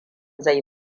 zai